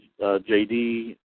JD